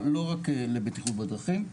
לא רק לבטיחות בדרכים.